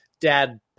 Dad